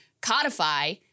codify